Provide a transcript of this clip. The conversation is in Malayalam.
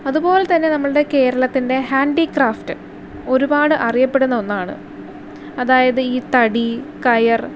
അതുപോലെ തന്നെ നമ്മളുടെ കേരളത്തിൻ്റെ ഹാൻഡ്ക്രാഫ്റ്റ് ഒരുപാട് അറിയപ്പെടുന്ന ഒന്നാണ് അതായത് ഈ തടി കയർ